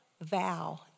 vow